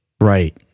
right